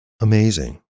amazing